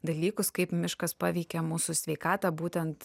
dalykus kaip miškas paveikia mūsų sveikatą būtent